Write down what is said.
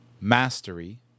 mastery